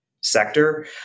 sector